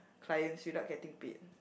clients without getting paid